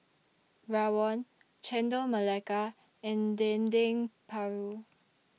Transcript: Rawon Chendol Melaka and Dendeng Paru